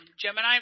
Gemini